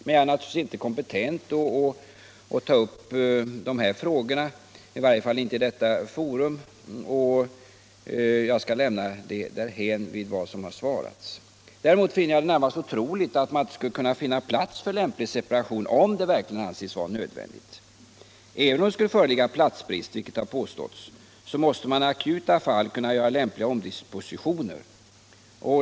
Men jag är naturligtvis inte kompetent att ta upp de här frågorna, i varje fall inte inför detta forum, och jag skall för tillfället lämna dem därhän med vad som har svarats. Däremot finner jag det närmast otroligt att man inte skulle kunna finna plats för en separation, om sådan verkligen anses vara nödvändig. Även om det skulle föreligga platsbrist, vilket har påståtts, måste man i akuta fall kunna göra lämpliga omdispositioner.